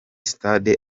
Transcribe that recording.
stade